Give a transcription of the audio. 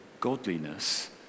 godliness